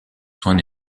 soins